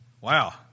Wow